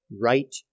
right